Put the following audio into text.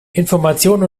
information